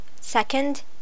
Second